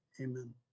amen